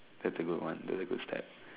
that's a good one that's a good step